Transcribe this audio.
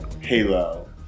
Halo